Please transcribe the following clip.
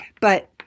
But-